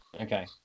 Okay